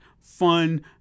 fun